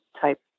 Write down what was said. type